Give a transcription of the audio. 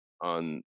on